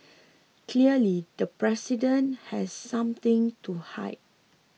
clearly the president has something to hide